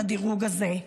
לדירוג הזה,